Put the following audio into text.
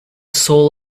soul